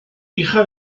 hija